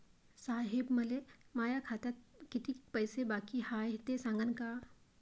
साहेब, मले माया खात्यात कितीक पैसे बाकी हाय, ते सांगान का?